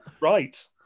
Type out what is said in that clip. right